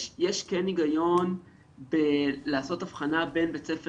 יש כן היגיון בלעשות הבחנה בין בית ספר